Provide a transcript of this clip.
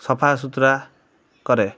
ସଫା ସୁତୁରା କରେ